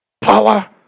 power